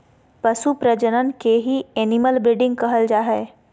पशु प्रजनन के ही एनिमल ब्रीडिंग कहल जा हय